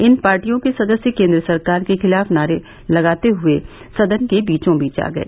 इन पार्टियों के सदस्य केन्द्र सरकार के खिलाफ नारे लगाते हुए सदन के बीचोंबीच आ गए